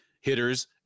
hitters